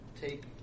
take